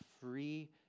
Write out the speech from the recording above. free